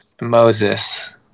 Moses